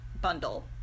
bundle